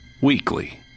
weekly